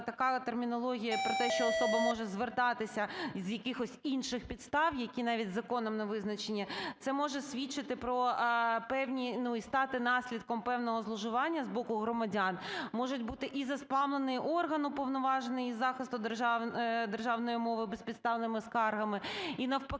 така термінологія про те, що особа може звертатися з якихось інших підстав, які навіть законом не визначені, це може свідчити про певні, ну і стати наслідком певного зловживання з боку громадян. Може бути і заспамлений орган, уповноважений із захисту державної мови безпідставними скаргами, і навпаки,